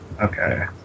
Okay